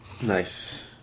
Nice